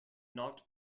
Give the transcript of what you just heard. not